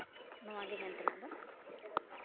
ᱱᱚᱣᱟᱜᱮ ᱢᱮᱱ ᱛᱮᱱᱟᱜ ᱫᱚ